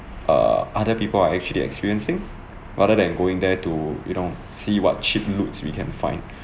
err other people are actually experiencing rather than going there to you know see what cheap loots we can find